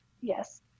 yes